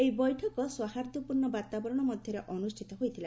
ଏହି ବୈଠକ ସୌହାଦ୍ୟପୂର୍ଣ୍ଣ ବାତାବରଣ ମଧ୍ୟରେ ଅନୁଷ୍ଠିତ ହୋଇଥିଲା